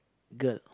girl